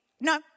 no